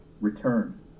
return